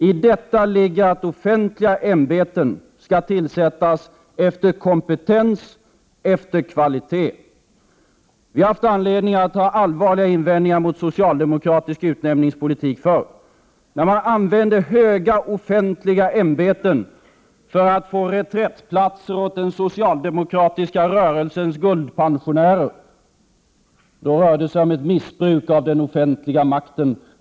I detta ligger att offentliga ämbeten skall tillsättas efter kompetens och kvalitet. Vi har haft anledning att ha allvarliga invändningar mot socialdemokratisk utnämningspolitik förr. När man använder höga offentliga ämbeten för att få reträttplatser åt den socialdemokratiska rörelsens guldpensionärer, rör det sig om ett missbruk av den offentliga makten.